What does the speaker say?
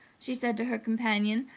she said to her companion,